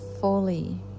fully